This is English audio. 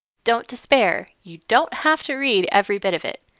don't despair, you don't have to read every bit of it.